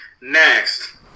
Next